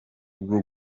bwo